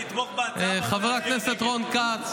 תדע שאני מגיש שאילתה האם לשר מותר לתמוך אבל להצביע נגד.